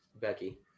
Becky